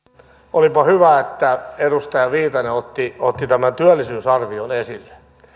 olipa hyvä että edustaja viitanen otti otti tämän työllisyysarvion esille